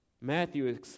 Matthew